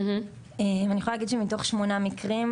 אני יכולה להגיד שמתוך שמונה מקרים,